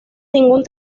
ningún